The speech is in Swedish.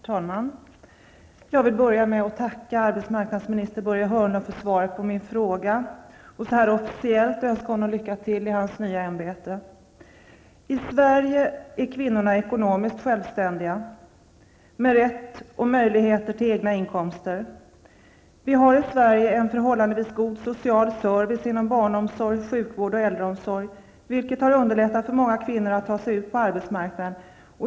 Herr talman! Jag vill börja med att tacka arbetsmarknadsminister Börje Hörnlund för svaret på min fråga och officiellt önska honom lycka till i hans nya ämbete. I Sverige är kvinnorna ekonomiskt självständiga, med rätt och möjligheter till egna inkomster. Vi har i Sverige en förhållandevis god social service inom barnomsorg, sjukvård och äldreomsorg, vilket har underlättat för många kvinnor att ta sig ut på arbetsmarknaden.